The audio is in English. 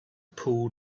pool